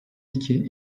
iki